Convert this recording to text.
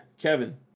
Kevin